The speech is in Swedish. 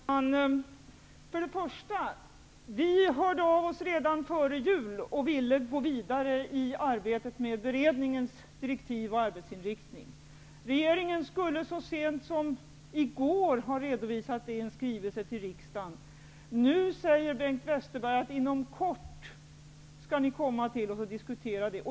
Herr talman! För det första hörde vi av oss re dan före jul och ville gå vidare i arbetet med be redningens direktiv och arbetsinriktning. Rege ringen skulle så sent som i går ha redovisat sin skrivelse till riksdagen. Nu säger Bengt Wester berg att vi ''inom kort'' skall kallas till diskussio ner.